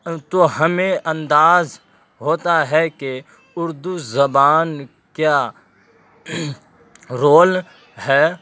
تو ہمیں انداز ہوتا ہے کہ اردو زبان کیا رول ہے